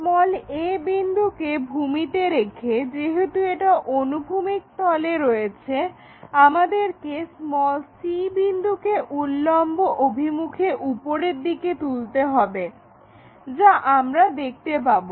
a বিন্দুকে ভূমিতে রেখে যেহেতু এটা অনুভূমিক তলে রয়েছে আমাদেরকে c বিন্দুকে উল্লম্ব অভিমুখে উপরের দিকে তুলতে হবে যা আমরা দেখতে পাবো